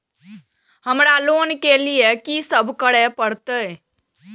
हमरा लोन ले के लिए की सब करे परते?